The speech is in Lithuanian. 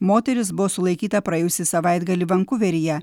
moteris buvo sulaikyta praėjusį savaitgalį vankuveryje